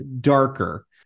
darker